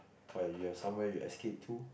but you have somewhere you escape to